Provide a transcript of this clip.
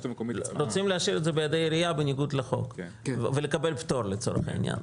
רוצים להשאיר את זה בידי העירייה בניגוד לחוק ולקבל פטור לצורך העניין.